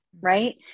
right